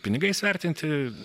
pinigais vertinti